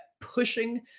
pushing